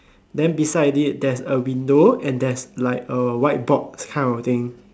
then beside it there's a window and there's like a white box kind of thing